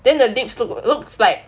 then the lips looks like